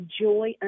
joy